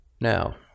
Now